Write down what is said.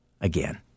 again